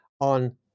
on